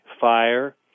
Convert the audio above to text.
fire